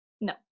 No